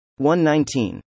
119